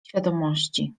świadomości